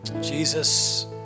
Jesus